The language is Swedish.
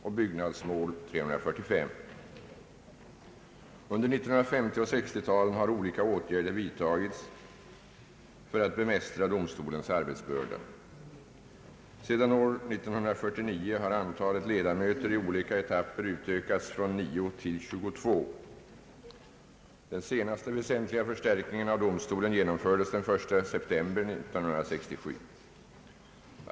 Under 1950 och 1960-talen har olika åtgärder för att bemästra domstolens arbetsbörda vidtagits. Sedan år 1949 har antalet ledamöter i olika etapper utökats från 9 till 22. Den senaste väsentliga förstärkningen av domstolen genomfördes den 1 september 1967.